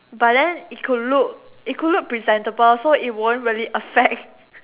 but then it could look it could look presentable so it won't really affect